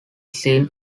sean